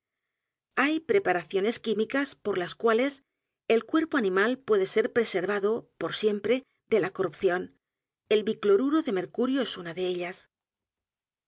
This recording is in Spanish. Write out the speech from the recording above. ccestos paraciones químicas por las cuales el cuerpo animal puede ser preservado por siempre de la corrupción el bicloruro de mercurio es una de ellas